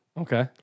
Okay